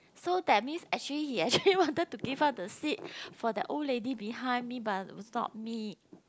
so that means actually he actually wanted to give up the seat for the old lady behind me but it was not me